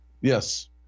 Yes